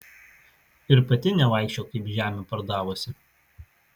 ir pati nevaikščiok kaip žemę pardavusi